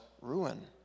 ruin